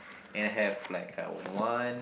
and have like a one